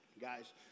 Guys